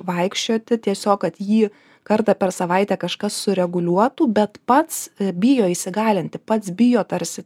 vaikščioti tiesiog kad jį kartą per savaitę kažkas sureguliuotų bet pats bijo įsigalinti pats bijo tarsi